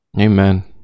amen